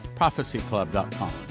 Prophecyclub.com